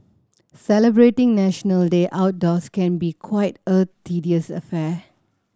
celebrating National Day outdoors can be quite a tedious affair